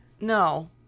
No